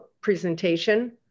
presentation